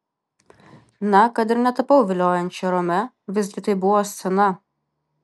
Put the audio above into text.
na kad ir netapau viliojančia rome visgi tai buvo scena